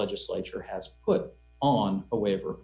legislature has put on a waiver